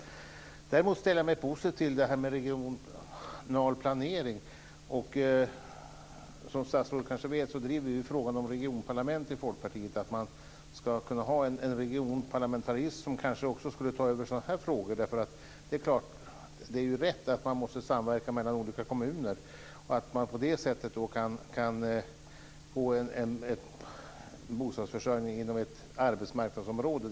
Däremot ställer jag mig positiv till regional planering. Som statsrådet kanske vet driver vi frågan om regionparlament i Folkpartiet, att man ska kunna ha en regionparlamentarism som kanske också skulle kunna ta över sådana här frågor. Det är klart att det är rätt att man måste samverka mellan olika kommuner och att man på det sättet kan få en bostadsförsörjning inom ett arbetsmarknadsområde.